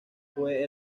fue